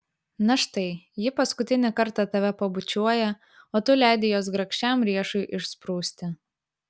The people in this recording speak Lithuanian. na štai ji paskutinį kartą tave pabučiuoja o tu leidi jos grakščiam riešui išsprūsti